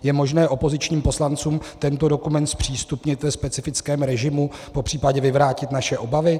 Je možné opozičním poslancům tento dokument zpřístupnit ve specifickém režimu, popř. vyvrátit naše obavy?